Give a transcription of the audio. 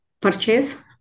purchase